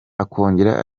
akongera